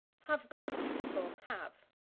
have got for have.